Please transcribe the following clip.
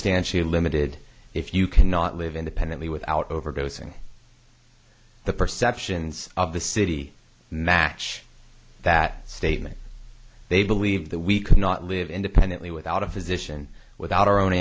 substantially limited if you cannot live independently without overdosing the perceptions of the city match that statement they believe that we cannot live independently without a physician without our own